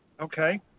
okay